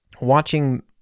watching